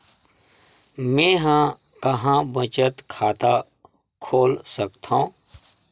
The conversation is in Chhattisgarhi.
मेंहा कहां बचत खाता खोल सकथव?